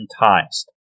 enticed